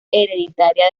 hereditaria